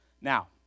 Now